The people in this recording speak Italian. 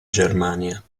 germania